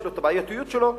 יש לו בעייתיות משלו,